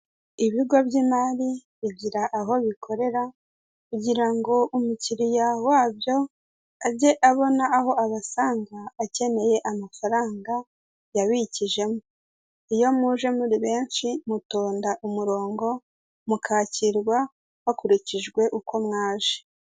Ibigo by' imari bigira aho bikorera kugirango umukiriya wabyo ajye abona aho abasanga akeneye amafaranga yabikijemo iyo muje muri benshi mutonda umurongo mukakirwa hakurikijwe uko mwaje.